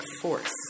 force